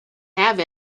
have